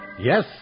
Yes